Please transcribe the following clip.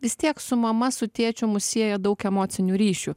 vis tiek su mama su tėčiu mus sieja daug emocinių ryšių